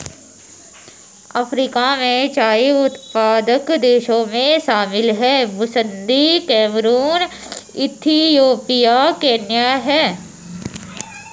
Africa में चाय उत्पादक देशों में शामिल हैं बुसन्दी कैमरून इथियोपिया केन्या है